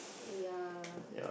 ya